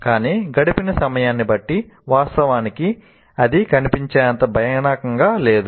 కానీ గడిపిన సమయాన్ని బట్టి వాస్తవానికి అది కనిపించేంత భయానకంగా లేదు